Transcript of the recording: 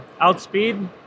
Outspeed